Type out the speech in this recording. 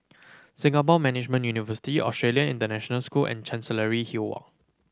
Singapore Management University Australian International School and Chancery Hill Walk